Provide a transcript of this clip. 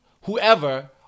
whoever